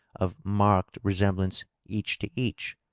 of marked re semblance each to each.